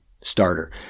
starter